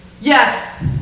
Yes